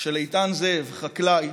של איתן זאב, חקלאי